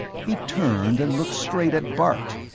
he turned and looked straight at bart,